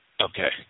okay